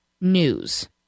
news